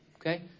Okay